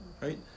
right